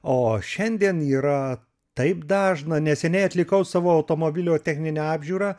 o šiandien yra taip dažna neseniai atlikau savo automobilio techninę apžiūrą